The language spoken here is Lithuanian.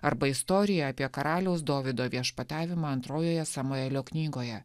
arba istorija apie karaliaus dovydo viešpatavimą antrojoje samuelio knygoje